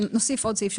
נוסיף עוד סעיף שאומר,